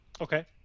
okay